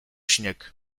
śnieg